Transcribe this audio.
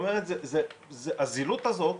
הזילות הזאת,